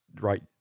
right